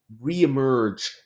reemerge